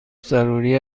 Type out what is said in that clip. ضروری